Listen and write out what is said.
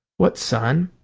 what, son?